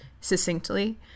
succinctly